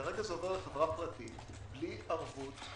כרגע זה עובר לחברה פרטית בלי ערבות.